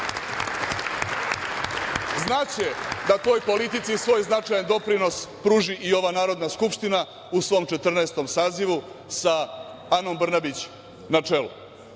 Znaće da toj politici i svoj značajan doprinos pruži i ova Narodna skupština u svom Četrnaestom sazivu, sa Anom Brnabić na